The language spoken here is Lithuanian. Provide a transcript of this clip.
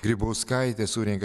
grybauskaitė surenka